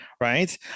Right